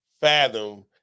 fathom